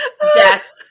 death